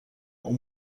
اون